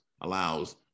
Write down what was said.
allows